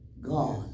God